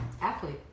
Athlete